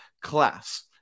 class